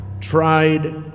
Tried